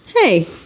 hey